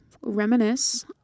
reminisce